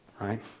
right